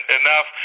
enough